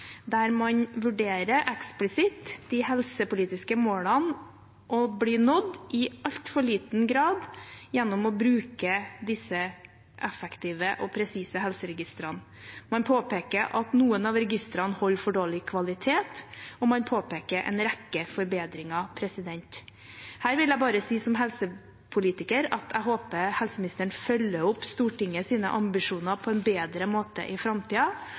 der man eksplisitt vurderer de helsepolitiske målene å bli nådd i altfor liten grad gjennom å bruke disse effektive og presise helseregistrene. Man påpeker at noen av registrene holder for dårlig kvalitet, og man påpeker en rekke forbedringer. Her vil jeg bare si som helsepolitiker at jeg håper helseministeren følger opp Stortingets ambisjoner på en bedre måte i